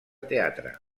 teatre